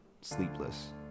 sleepless